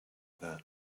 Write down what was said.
that